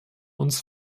uns